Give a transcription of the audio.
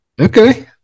Okay